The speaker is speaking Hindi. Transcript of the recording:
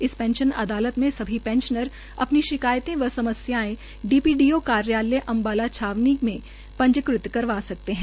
इस पेंशन अदालत में सभी पेंशनर अपनी शिकायतें व समस्याएं डी पी डी ओ कार्यालय अम्बाला छावनी के कार्यालय में पंजीकृत करवा सकते है